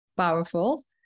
powerful